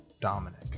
Dominic